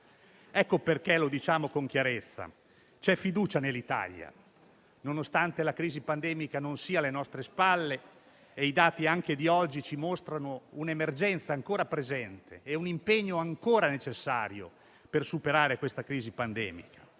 Ecco perché, lo diciamo con chiarezza, c'è fiducia nell'Italia, nonostante la crisi pandemica non sia alle nostre spalle, e i dati anche di oggi ci mostrano un'emergenza ancora presente e un impegno ancora necessario per superare questa crisi pandemica.